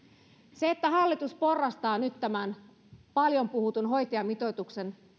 se että hallitus porrastaa nyt tämän paljon puhutun hoitajamitoituksen